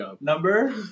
number